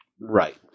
Right